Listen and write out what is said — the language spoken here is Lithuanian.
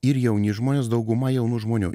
ir jauni žmonės dauguma jaunų žmonių